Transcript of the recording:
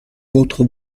votre